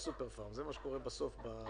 זה מה שקורה בסוף.